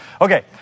Okay